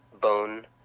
bone